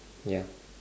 ya